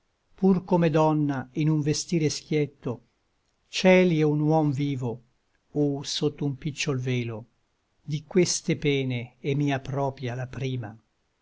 pur come donna in un vestire schietto celi un huom vivo o sotto un picciol velo di queste pene è mia propia la prima